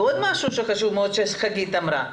ועוד משהו חשוב מאוד שחגית אמרה.